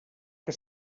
que